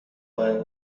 باید